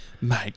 mate